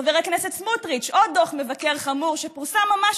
חבר הכנסת סמוטריץ עוד דוח מבקר חמור שפורסם ממש